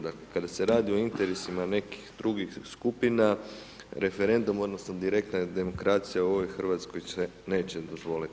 Dakle, kada se radi o interesima nekih drugih skupina, referendumu odnosno direktna demokracija u ovoj Hrvatskoj se neće dozvoliti.